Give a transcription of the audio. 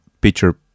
picture